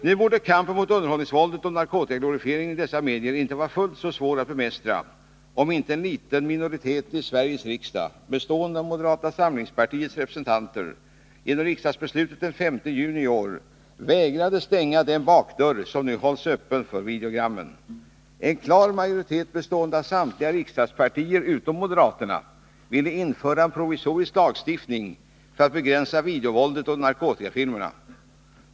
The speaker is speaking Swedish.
Nu borde kampen mot underhållningsvåldet och narkotikaglorifieringen i dessa medier inte vara fullt så svår att bemästra, om inte en liten minoritet i Sveriges riksdag — bestående av moderata samlingspartiets representanter — genom riksdagsbeslutet den 5 juni i år vägrade stänga den bakdörr som nu hålls öppen för videogrammen. En klar majoritet, bestående av samtliga riksdagspartier utom moderaterna, ville införa en provisorisk lagstiftning för att begränsa videovåldet och narkotikafilmerna.